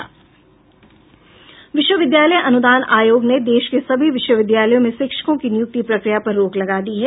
विश्वविद्यालय अनुदान आयोग ने देश के सभी विश्वविद्यालयों में शिक्षकों की नियुक्ति प्रक्रिया पर रोक लगा दी है